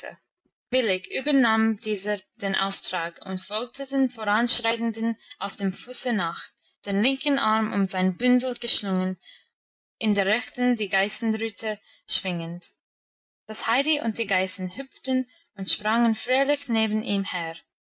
willig übernahm dieser den auftrag und folgte der voranschreitenden auf dem fuße nach den linken arm um sein bündel geschlungen in der rechten die geißenrute schwingend das heidi und die geißen hüpften und sprangen fröhlich neben ihm her